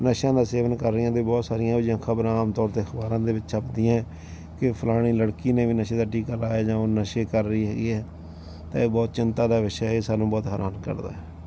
ਨਸ਼ਿਆਂ ਦਾ ਸੇਵਨ ਕਰ ਰਹੀਆਂ ਅਤੇ ਬਹੁਤ ਸਾਰੀਆਂ ਇਹੋ ਜਿਹੀਆਂ ਖਬਰਾਂ ਆਮ ਤੌਰ 'ਤੇ ਅਖਬਾਰਾਂ ਦੇ ਵਿੱਚ ਛਪਦੀਆਂ ਕਿ ਫਲਾਣੀ ਲੜਕੀ ਨੇ ਵੀ ਨਸ਼ੇ ਦਾ ਟੀਕਾ ਲਾਇਆ ਜਾਂ ਉਹ ਨਸ਼ੇ ਕਰ ਰਹੀ ਹੈਗੀ ਹੈ ਇਹ ਬਹੁਤ ਚਿੰਤਾ ਦਾ ਵਿਸ਼ਾ ਇਹ ਸਾਨੂੰ ਬਹੁਤ ਹੈਰਾਨ ਕਰਦਾ ਹੈ